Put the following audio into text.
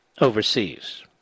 overseas